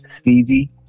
Stevie